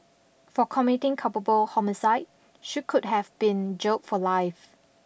for committing culpable homicide she could have been jailed for life